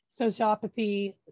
sociopathy